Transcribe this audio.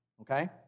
Okay